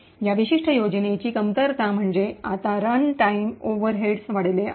या विशिष्ट योजनेची कमतरता म्हणजे आता रनटाइम ओव्हरहेड्स वाढले आहेत